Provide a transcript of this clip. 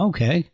Okay